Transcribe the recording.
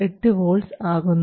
8 volts ആകുന്നു